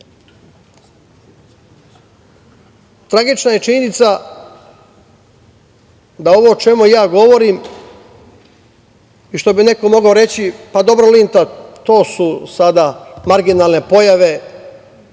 Srbina".Tragična je činjenica da ovo o čemu ja govorim i što bi neko mogao reći - pa dobro, Linta, to su sada marginalne pojave,